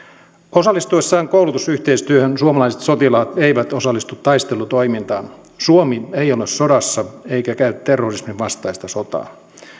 osallistuessaan koulutusyhteistyöhön suomalaiset sotilaat eivät osallistu taistelutoimintaan suomi ei ole sodassa eikä käy terrorismin vastaista sotaa